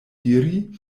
diri